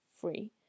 free